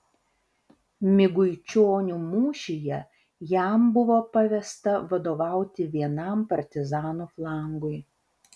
miguičionių mūšyje jam buvo pavesta vadovauti vienam partizanų flangui